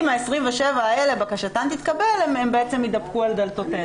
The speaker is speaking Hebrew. אם בקשתן של ה-27 תתקבל, אז יתדפקו על דלתותינו.